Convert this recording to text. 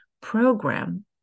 program